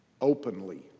openly